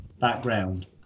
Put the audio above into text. background